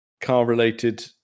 car-related